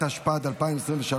התשפ"ד 2023,